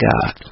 God